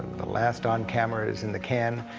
the last on-camera is in the can,